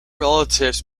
relatives